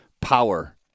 power